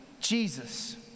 Jesus